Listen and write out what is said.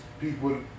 people